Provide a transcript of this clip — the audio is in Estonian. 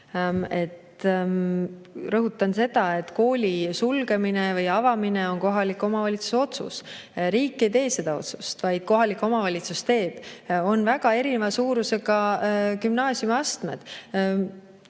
jätka. Rõhutan seda, et kooli sulgemine või avamine on kohaliku omavalitsuse otsus. Riik ei tee seda otsust, kohalik omavalitsus teeb. On väga erineva suurusega gümnaasiumiastmeid.